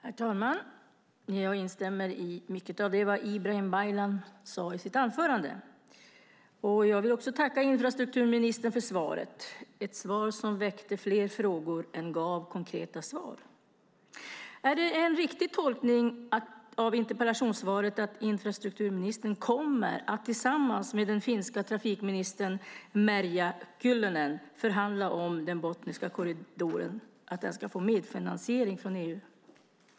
Herr talman! Jag instämmer i mycket av det Ibrahim Baylan sade i sitt anförande. Jag vill också tacka infrastrukturministern för svaret, ett svar som snarare väckte fler frågor än gav konkreta svar. Är det en riktig tolkning av interpellationssvaret att infrastrukturministern tillsammans med den finska trafikministern Merja Kyllönen kommer att förhandla om att Botniska korridoren ska få medfinansiering från EU?